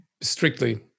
strictly